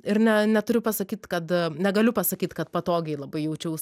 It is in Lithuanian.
ir ne neturiu pasakyt kad negaliu pasakyt kad patogiai labai jaučiaus